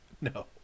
No